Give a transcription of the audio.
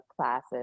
classes